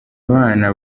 bana